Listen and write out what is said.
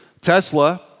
Tesla